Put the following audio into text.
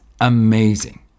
amazing